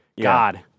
god